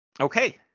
Okay